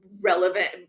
relevant